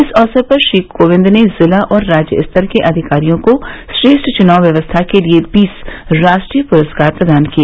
इस अवसर पर श्री कोविंद ने जिला और राज्य स्तर के अधिकारियों को श्रेष्ठ चुनाव व्यवस्था के लिए बीस राष्ट्रीय पुरस्कार प्रदान किए